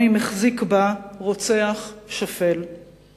גם אם רוצח שפל החזיק בה.